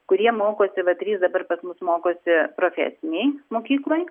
kurie mokosi va trys dabar pas mus mokosi profesinėj mokykloj